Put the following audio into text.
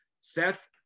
Seth